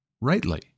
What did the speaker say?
rightly